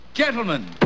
Gentlemen